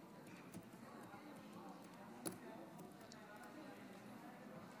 והיא בתמיכת